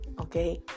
Okay